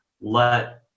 let